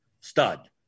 stud